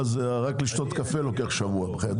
רק לשתות קפה לוקח שבוע.